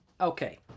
Okay